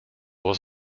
was